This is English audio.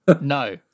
No